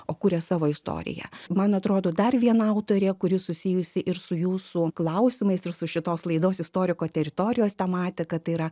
o kuria savo istoriją man atrodo dar viena autorė kuri susijusi ir su jūsų klausimais ir su šitos laidos istoriko teritorijos tematika tai yra